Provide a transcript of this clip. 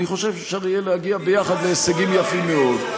אני חושב שאפשר יהיה להגיע יחד להישגים יפים מאוד.